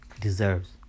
deserves